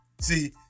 See